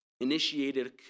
initiated